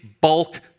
bulk